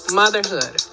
motherhood